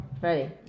Ready